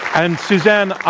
and suzanne,